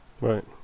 Right